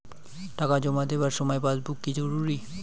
টাকা জমা দেবার সময় পাসবুক কি জরুরি?